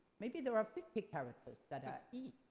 maybe there are fifty characters that are ee.